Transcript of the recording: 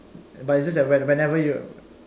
if it's just that whenever you